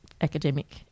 academic